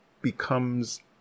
becomes